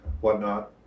whatnot